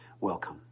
Welcome